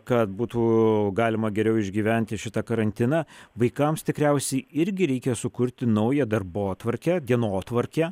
kad būtų galima geriau išgyventi šitą karantiną vaikams tikriausiai irgi reikia sukurti naują darbotvarkę dienotvarkę